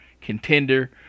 contender